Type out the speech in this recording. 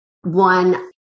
one